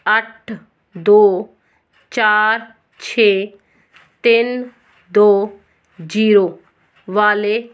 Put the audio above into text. ਅੱਠ ਦੋ ਚਾਰ ਛੇ ਤਿੰਨ ਦੋ ਜੀਰੋ ਵਾਲੇ